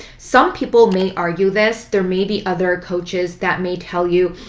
some people may argue this, there may be other coaches that may tell you,